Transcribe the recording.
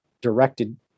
directed